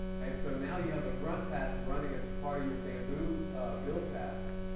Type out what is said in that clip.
and so now you have a grunt task running as part of your bamboo build tasks.